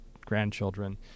grandchildren